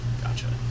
Gotcha